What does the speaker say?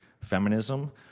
feminism